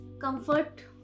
comfort